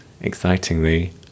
excitingly